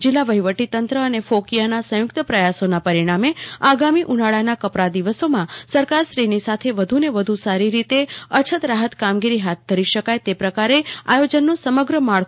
જિલ્લા વહીવટીતંત્ર અને ફોકિયાના સંયુકત પ્રયાસોના પરિણામે આગામી ઉનાળાના કપરા દિવસોમાં સરકારશ્રીની સાથે વધુને વધુ સારી રીતે અછત રાહત કામગીરી હાથ ધરી શકાય તે પ્રકારે આયોજનનું સમગ્ર માળખું ગોઠવાઇ રહ્યું છે